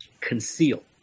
conceal